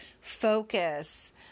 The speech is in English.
focus